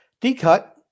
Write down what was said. D-Cut